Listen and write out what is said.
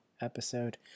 episode